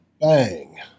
bang